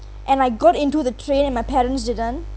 and I got into the train and my parents didn't